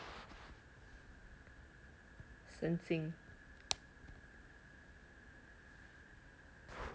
神经病